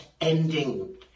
ending